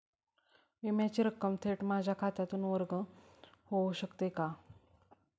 विम्याची रक्कम थेट माझ्या खात्यातून वर्ग होऊ शकते का?